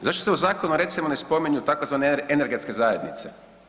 Zašto se u zakonu recimo ne spominju tzv. energetske zajednice?